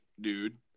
dude